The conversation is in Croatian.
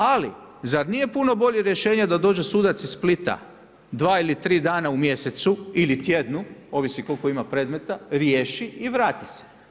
Ali, zar nije puno bolje rješenje da dođe sudac iz Splita, 2 ili 3 dana u mjesecu ili tjednu, ovisi koliko ima predmeta riješi i vrati se.